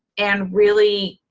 and really